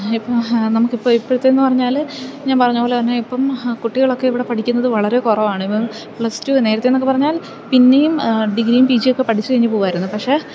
ഇപ്പോള് നമുക്കിപ്പോള് ഇപ്പോഴത്തേതെന്നു പറഞ്ഞാല് ഞാൻ പറഞ്ഞതുപോലെതന്നെ ഇപ്പോള് കുട്ടികളൊക്കെ ഇവിടെ പഠിക്കുന്നത് വളരെ കുറവാണ് ഇപ്പോള് പ്ലസ് ടു നേരത്തെയെന്നൊക്കെ പറഞ്ഞാൽ പിന്നെയും ഡിഗ്രിയും പി ജിയൊക്കെ പഠിച്ചുകഴിഞ്ഞ് പോവാമായിരുന്നു പക്ഷേ